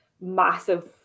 massive